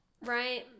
Right